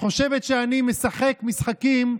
חושבת שאני משחק משחקים,